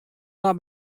mar